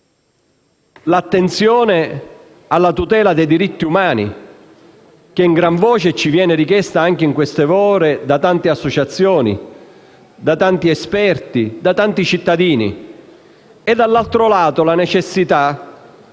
l'attenzione alla tutela dei diritti umani, che a gran voce ci viene richiesta anche in queste ore da tante associazioni, da tanti esperti e cittadini, e la necessità